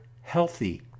healthy